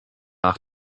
nach